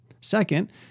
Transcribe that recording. Second